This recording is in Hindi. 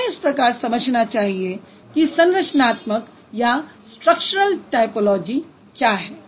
हमें इस प्रकार समझना चाहिए कि संरचनात्मक टायपोलॉजी क्या है